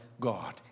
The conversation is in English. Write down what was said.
God